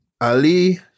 Ali